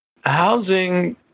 Housing